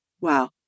Wow